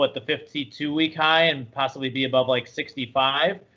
but the fifty two week high and possibly be above like sixty five?